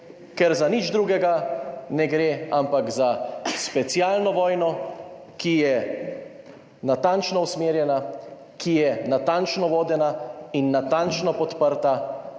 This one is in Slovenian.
ker za nič drugega ne gre, ampak za specialno vojno, ki je natančno usmerjena, ki je natančno vodena in natančno podprta